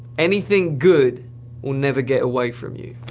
anything good will never get away from you.